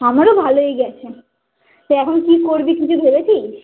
আমারও ভালোই গেছে তা এখন কি করবি কিছু ভেবেছিস